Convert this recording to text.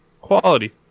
quality